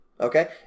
Okay